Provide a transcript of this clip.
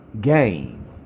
game